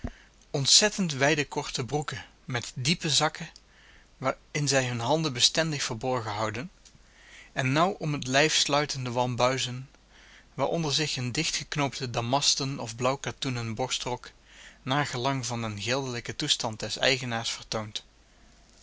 ontzettend wijde korte broeken met diepe zakken waarin zij hun handen bestendig verborgen houden en nauw om t lijf sluitende wambuizen waaronder zich een dichtgeknoopte damasten of blauwkatoenen borstrok naar gelang van den geldelijken toestand des eigenaars vertoont